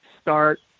start